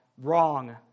Wrong